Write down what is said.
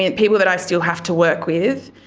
and people that i still have to work with.